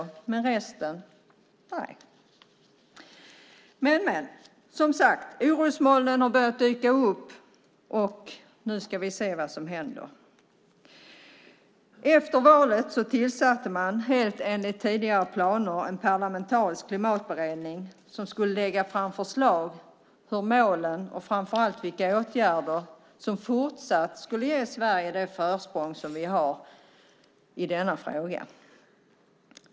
Men resten? Nej. Orosmolnen har börjat dyka upp. Nu ska vi se vad som händer. Efter valet tillsatte man helt enligt tidigare planer en parlamentarisk klimatberedning som skulle lägga fram förslag för målen och vilka åtgärder som fortsatt skulle ge Sverige det försprång vi har i denna fråga.